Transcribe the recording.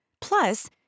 plus